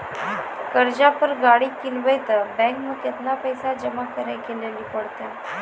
कर्जा पर गाड़ी किनबै तऽ बैंक मे केतना पैसा जमा करे लेली पड़त?